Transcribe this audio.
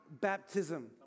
baptism